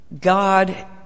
God